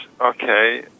okay